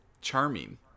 charming